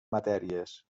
matèries